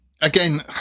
Again